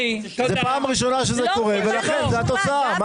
זו פעם ראשונה שזה קורה ולכן זו התוצאה.